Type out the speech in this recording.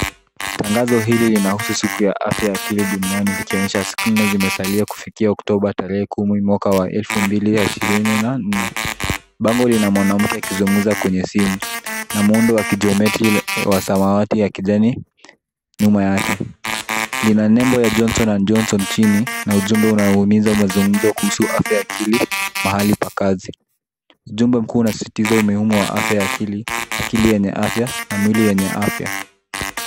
Tangazo hili linahusu siku ya afya ya akili duniani ikionyesha siku nne zimesalia kufikia Oktoba tarehe kumi mwaka wa elfu mbili na ishirini na nne. Bango lina mwanamke akizungumza kwenye simu, na muundo wa kijiometri wa samawati ya kijani, nyuma yake. Lina nembo ya Johnson and Johnson chini, na ujumbe unahimiza mazungumzo kuhusu afya ya akili, mahali pa kazi. Ujumbe mkuu unasisitiza umuhimu wa afya ya kiakili, akili yenye afya na mwili yenye afya.